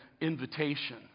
invitation